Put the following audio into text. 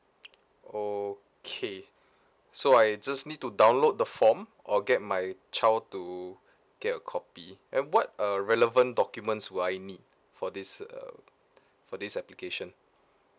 okay so I just need to download the form or get my child to get a copy and what are relevant documents do I need for this uh for this application